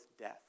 death